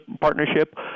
partnership